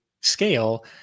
scale